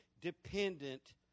dependent